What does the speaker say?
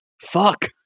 Fuck